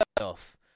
off